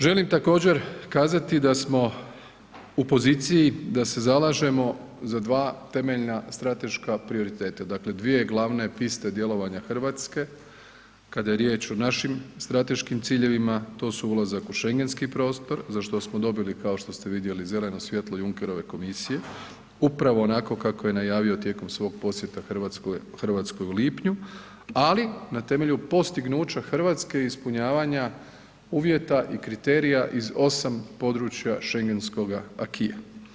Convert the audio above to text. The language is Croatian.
Želim također kazati da smo u poziciji da se zalažemo za dva temeljna strateška prioriteta, dakle dvije glavne piste djelovanja Hrvatske kada je riječ o našim strateškim ciljevima, to su ulazak u Schengenski prostor za što smo dobili kao što ste vidjeli zeleno svjetlo Junckerove komisije, upravo onako kako je najavio tijekom svog posjeta Hrvatskoj u lipnju, ali na temelju postignuća Hrvatske i ispunjavanja uvjeta i kriterija iz osam područja Schengenskoga acquisa.